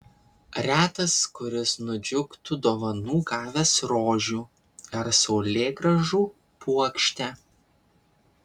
retas kuris nudžiugtų dovanų gavęs rožių ar saulėgrąžų puokštę